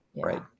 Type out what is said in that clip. Right